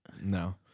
No